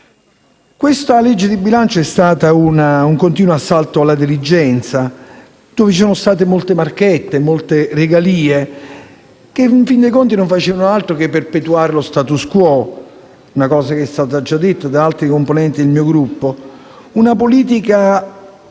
Questa legge di bilancio è stata un continuo assalto alla diligenza, in cui ci sono state molte marchette e molte regalie, che in fin dei conti non facevano altro che perpetuare lo *status quo*, come è stato già detto da altri componenti del mio Gruppo. È una politica